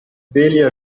delia